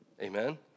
Amen